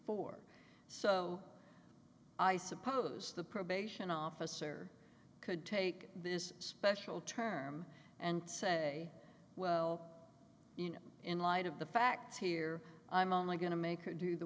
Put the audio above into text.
four so i suppose the probation officer could take this special term and say well you know in light of the facts here i'm only going to make or do the